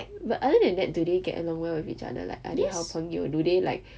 but other than that do they get along well with each other like are they 好朋友 do they like